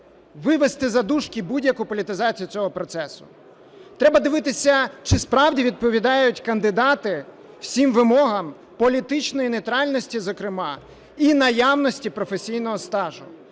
вивести за дужки будь-яку політизацію цього процесу. Треба дивитися, чи справді відповідають кандидати всім вимогам політичної нейтральності зокрема і наявності професійного стажу.